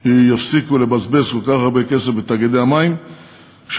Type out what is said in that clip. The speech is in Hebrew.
יפסיקו לבזבז כל כך הרבה כסף בתאגידי המים שלהן,